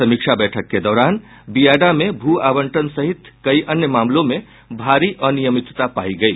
समीक्षा बैठक के दौरान बियाडा में भू आवंटन सहित कई अन्य मामलों में भारी अनियमितता पायी गयी